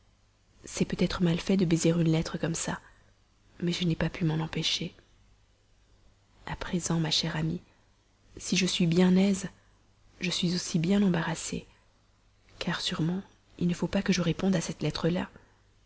c'est peut-être mal fait de baiser une lettre comme ça mais je n'ai pas pu m'en empêcher à présent ma chère amie si je suis bien aise je suis aussi bien embarrassée car sûrement il ne faut pas que je réponde à cette lettre là